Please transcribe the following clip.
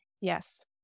Yes